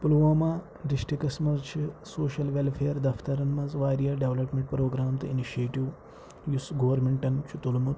Pulwama districts منٛز چھِ social welfare دفترَن منٛز وارِیاہ ڈیٚولَپمیٚنٛٹ پرٛوگرام تہٕ اِنِشیٹِو یُس گورمنٹَن چھُ تُلمُت